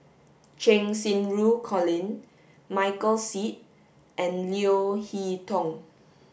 Cheng Xinru Colin Michael Seet and Leo Hee Tong